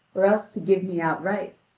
or else to give me outright,